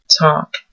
talk